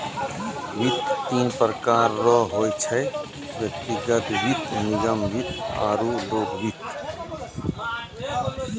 वित्त तीन प्रकार रो होय छै व्यक्तिगत वित्त निगम वित्त आरु लोक वित्त